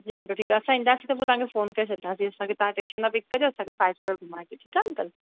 जी uncle ठीक आ असां ईंदासि त तव्हां खे फोन करे छॾींदासीं असांखे तव्हां टेशन तां पिक कजो असां खे तव्हां फाइ सागर घुमाइजो ठीकु आहे अंकल